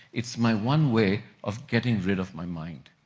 it's my one way of getting rid of my mind,